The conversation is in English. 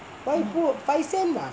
why put five cent mah